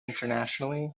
internationally